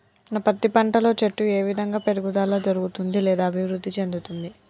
నా పత్తి పంట లో చెట్టు ఏ విధంగా పెరుగుదల జరుగుతుంది లేదా అభివృద్ధి చెందుతుంది?